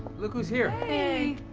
look who's here. hey!